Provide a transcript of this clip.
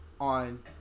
on